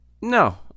No